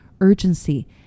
urgency